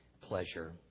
pleasure